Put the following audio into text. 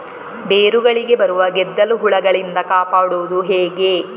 ಬೇರುಗಳಿಗೆ ಬರುವ ಗೆದ್ದಲು ಹುಳಗಳಿಂದ ಕಾಪಾಡುವುದು ಹೇಗೆ?